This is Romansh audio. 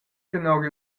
tenor